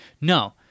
No